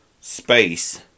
space